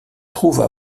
trouvent